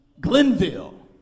Glenville